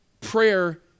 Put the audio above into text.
prayer